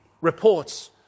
reports